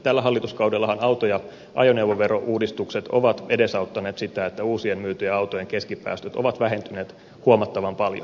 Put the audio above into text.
tällä hallituskaudellahan auto ja ajoneuvoverouudistukset ovat edesauttaneet sitä että uusien myytyjen autojen keskipäästöt ovat vähentyneet huomattavan paljon